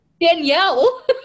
Danielle